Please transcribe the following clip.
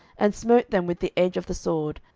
and smote them with the edge of the sword,